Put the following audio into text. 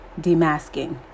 demasking